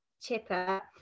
chipper